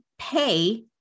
pay